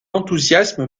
enthousiasme